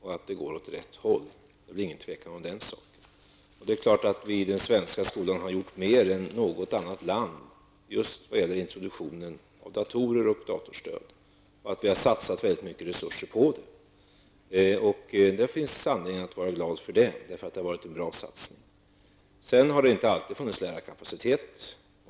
och att man går åt rätt håll. Det är inget tvivel om den saken. Och det är klart att vi inom den svenska skolan har gjort mer än man har gjort i något annat land just när det gäller introduktionen av datorer och datorstöd och att vi har satsat väldigt mycket resurser på det. Det finns anledning att vara glad över det, eftersom det har varit en bra satsning. Sedan har det inte alltid funnits lärarkapacitet.